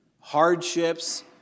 hardships